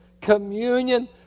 communion